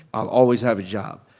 i'll always have a job.